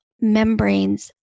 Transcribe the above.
membranes